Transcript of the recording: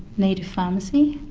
native pharmacy,